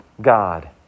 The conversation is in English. God